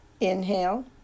Inhale